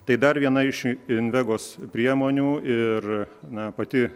tai dar viena iš invegos priemonių ir na pati